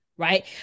right